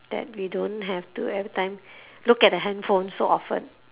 that we don't have to every time look at the handphone so often